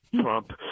trump